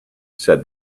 said